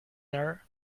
her